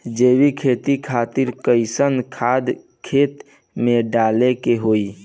जैविक खेती खातिर कैसन खाद खेत मे डाले के होई?